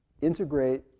integrate